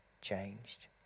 changed